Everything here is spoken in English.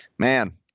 Man